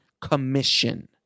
commission